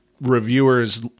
reviewer's